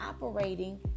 operating